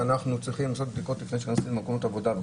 שצריכים לעשות בדיקות לפני שנכנסים למקום עבודה,